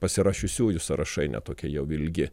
pasirašiusiųjų sąrašai ne tokie jau ilgi